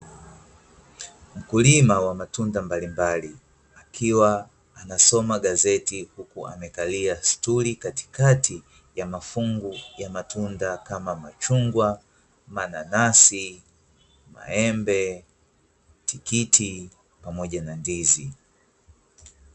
Mkulima wa matunda mbalimbali, akiwa anasoma gazeti huku amekalia stuli katika ya mafungu ya matunda kama machungwa, mananasi, maembe, matikitiki pamoja na ndizi.